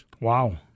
Wow